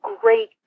great